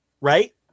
Right